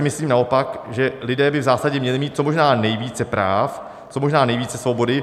Myslím si naopak, že lidé by v zásadě měli mít co možná nejvíce práv, co možná nejvíce svobody.